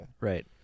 Right